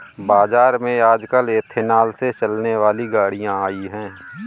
बाज़ार में आजकल एथेनॉल से चलने वाली गाड़ियां आई है